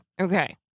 Okay